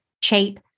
cheap